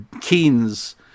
Keynes